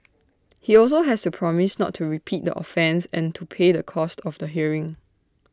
he also has to promise not to repeat the offence and to pay the cost of the hearing